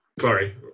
sorry